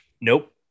Nope